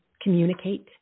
communicate